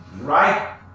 right